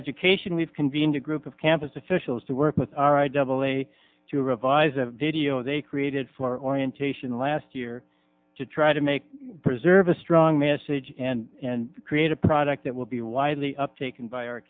education we've convened a group of campus officials to work with our i double a to revise a video they created for orientation last year to try to make preserve a strong message and create a product that will be widely up taken by our